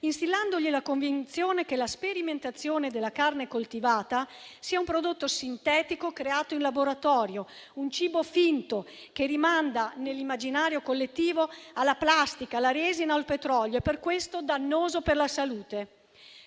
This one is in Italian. instillandogli la convinzione che la sperimentazione della carne coltivata sia un prodotto sintetico creato in laboratorio, un cibo finto che rimanda, nell'immaginario collettivo, alla plastica, alla resina o al petrolio e per questo dannoso per la salute.